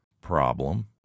problem